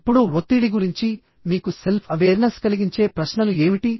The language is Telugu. ఇప్పుడు ఒత్తిడి గురించి మీకు సెల్ఫ్ అవేర్నెస్ కలిగించే ప్రశ్నలు ఏమిటి